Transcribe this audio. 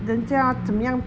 人家怎么样